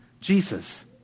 Jesus